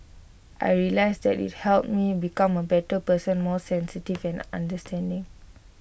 I realised that IT helped me become A better person more sensitive understanding